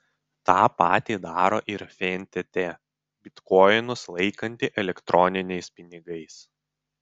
tą patį daro ir fntt bitkoinus laikanti elektroniniais pinigais